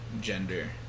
gender